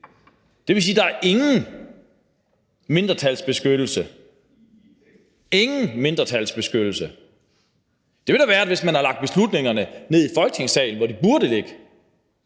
Det vil sige, at der ingen mindretalsbeskyttelse er – ingen mindretalsbeskyttelse! Det ville der have været, hvis man havde lagt beslutningerne ned i Folketingssalen, hvor det burde ligge.